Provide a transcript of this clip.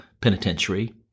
Penitentiary